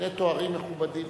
שני תארים מכובדים.